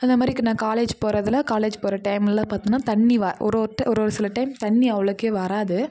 அந்தமாதிரிக்கு நான் காலேஜ் போகிறதில காலேஜ் போகிற டைமில் பாத்தோனா தண்ணி ஒரு ஒரு ஒரு சில டைம் தண்ணி அவ்வளோக்கே வராது